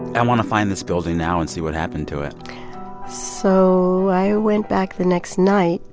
and want to find this building now and see what happened to it so i ah went back the next night,